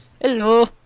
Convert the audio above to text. Hello